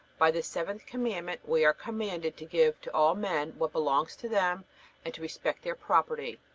by the seventh commandment we are commanded to give to all men what belongs to them and to respect their property.